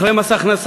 אחרי מס הכנסה,